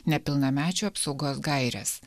nepilnamečių apsaugos gaires